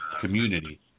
community